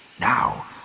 Now